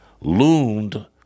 loomed